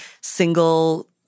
single